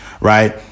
right